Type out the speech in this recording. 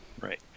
Right